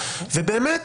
ובאמת